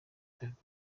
perezida